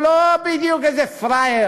הוא לא בדיוק איזה פראייר